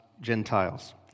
Gentiles